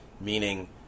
meaning